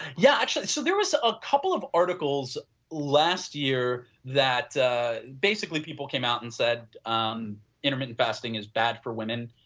yeah, actually so there is a couple of articles last year that basically people came out and said um intermittent fasting is bad for women.